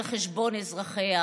על חשבון אזרחיה.